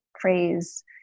phrase